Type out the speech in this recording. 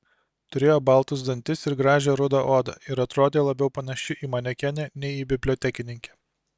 turėjo baltus dantis ir gražią rudą odą ir atrodė labiau panaši į manekenę nei į bibliotekininkę